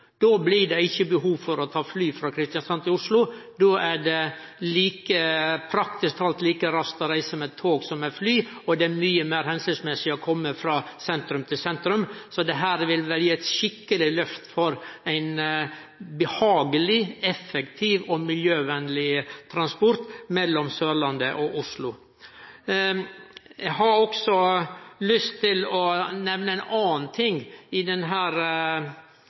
Da blir det ikkje behov for å ta fly frå Kristiansand til Oslo. Da er det praktisk talt like raskt å reise med tog som med fly, og det er mykje meir hensiktsmessig å kome frå sentrum til sentrum. Dette vil gi eit skikkeleg løft for ein behageleg, effektiv og miljøvennleg transport mellom Sørlandet og Oslo. Eg har også lyst til å nemne ein annan ting i